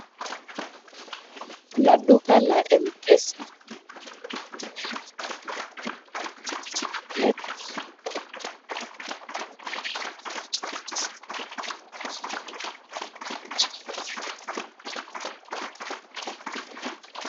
Kuna duka la Mpesa. Juu ya duka kuna pikipiki ambayo imewekwa. Hili duka liko na vitu mingi sanaa